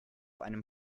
einem